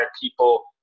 people